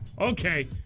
Okay